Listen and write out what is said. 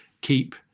keep